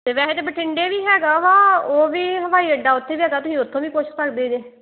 ਅਤੇ ਵੈਸੇ ਤਾਂ ਬਠਿੰਡੇ ਵੀ ਹੈਗਾ ਵਾ ਉਹ ਵੀ ਹਵਾਈ ਅੱਡਾ ਉੱਥੇ ਵੀ ਹੈਗਾ ਤੁਸੀਂ ਉੱਥੋਂ ਵੀ ਪੁੱਛ ਸਕਦੇ ਜੇ